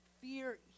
fear